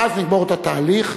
ואז נגמור את התהליך.